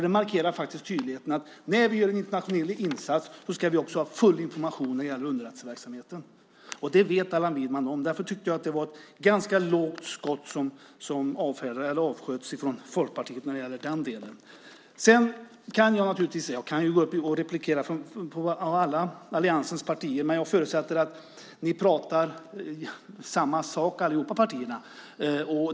Det markerar tydligt att när vi gör en internationell insats ska vi också ha full information när det gäller underrättelseverksamheten. Det vet Allan Widman om. Därför tycker jag att det var ett ganska lågt skott som avsköts från Folkpartiet när det gäller den delen. Jag kan replikera på alla alliansens partier. Men jag förutsätter att alla partier talar för samma sak.